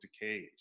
decays